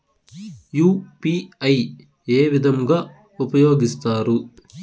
UPI ఏ విధంగా ఉపయోగిస్తారు?